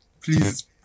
please